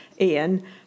Ian